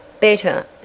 Better